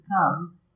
come